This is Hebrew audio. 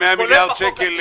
בכולל בחוק הזה.